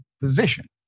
position